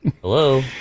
Hello